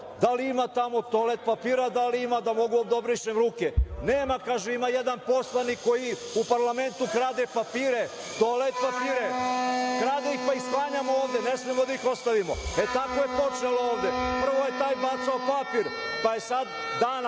da li ima tamo toalet papira, da li ima da mogu da obrišem ruke. Nema, kaže ima jedan poslanik koji u parlamentu krade papire, toalet papire. Krade ih pa ih sklanja, ovde ne smemo da ih ostavimo. E, tako je počelo ovde. Prvo je taj bacao papir, pa je sad, danas